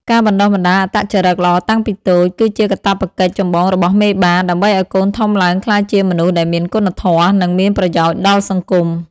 ការបណ្ដុះបណ្ដាលអត្តចរិតល្អតាំងពីតូច គឺជាកាតព្វកិច្ចចម្បងរបស់មេបា ដើម្បីឱ្យកូនធំឡើងក្លាយជាមនុស្សដែលមានគុណធម៌ និងមានប្រយោជន៍ដល់សង្គម។